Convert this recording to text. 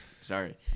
Sorry